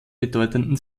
bedeutenden